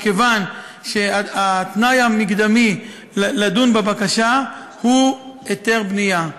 מכיוון שהתנאי המקדמי לדיון בבקשה הוא היתר בנייה.